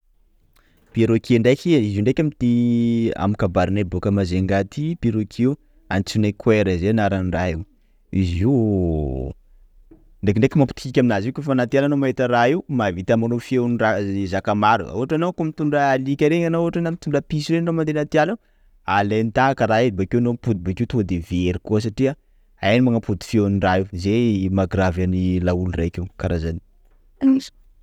Perroquet ndraiky! izy io ndraiky aminy aminy kabarinay boaka Majunga ty, Peroque antsonay koera zay anaran'ny raha io, izy io ndraikindraiky mapitokiky aminazy io kôfa anaty ala anao mahita raha io mahavita manao feo raha, i zaka maro, ohatra anao ka mitondra Alika reny na ohatra mitondra piso reny anao mandeha anaty ala ao? Alainy tahaka raha io bokeo anao mimpody bakeo tonga de mimpody very koa satria hainy manampody feon'ny raha io, zay ny maha grave any laolo raiky io, kara zany.